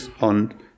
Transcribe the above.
on